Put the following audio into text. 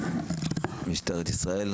משטרת ישראל,